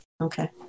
Okay